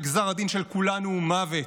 וגזר הדין של כולנו מוות,